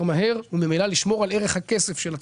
מהר כדי לשמור על ערך הכסף של הציבור,